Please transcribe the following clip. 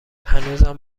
هنوزم